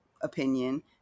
opinion